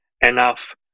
enough